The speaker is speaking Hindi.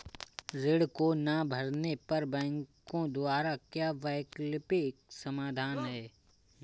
ऋण को ना भरने पर बैंकों द्वारा क्या वैकल्पिक समाधान हैं?